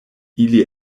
ili